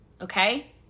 Okay